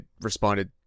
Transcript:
responded